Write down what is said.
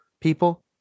people